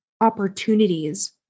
opportunities